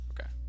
Okay